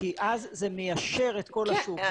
כי אז זה מיישר את כל השוק,